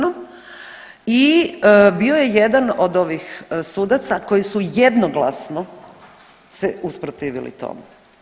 I bio je jedan od ovih sudaca koji su jednoglasno se usprotivili tom.